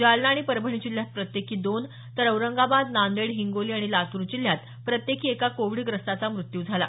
जालना आणि परभणी जिल्ह्यात प्रत्येकी दोन तर औरंगाबाद नांदेड हिंगोली आणि लातूर जिल्ह्यात प्रत्येकी एका कोविडग्रस्ताचा मृत्यू झाला